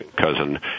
cousin